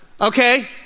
Okay